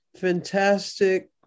fantastic